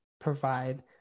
provide